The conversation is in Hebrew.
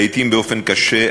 לעתים באופן קשה,